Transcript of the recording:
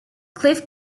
cliff